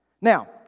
Now